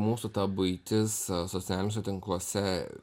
mūsų ta buitis socialiniuose tinkluose